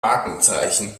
markenzeichen